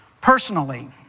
Personally